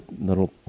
little